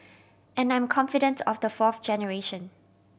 and I'm confident of the fourth generation